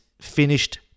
finished